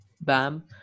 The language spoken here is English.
Bam